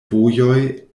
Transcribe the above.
vojoj